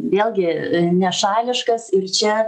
vėlgi nešališkas ir čia